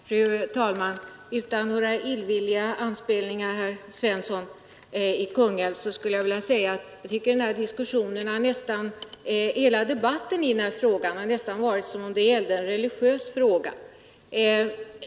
Fru talman! Utan några illvilliga anspelningar, herr Svensson i Kungälv, skulle jag vilja säga att nästan hela den här debatten har varit sådan som om den gällde en religiös fråga.